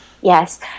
Yes